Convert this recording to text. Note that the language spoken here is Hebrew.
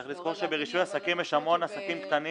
צריך לזכור שברישוי עסקים יש הרבה עסקים קטנים